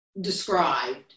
described